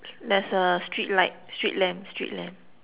there's a street light street lamp street lamp